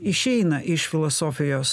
išeina iš filosofijos